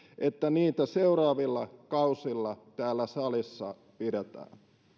että niitä seuraavilla kausilla täällä salissa pidetään